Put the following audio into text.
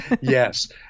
Yes